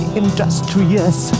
industrious